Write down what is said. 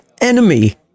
enemy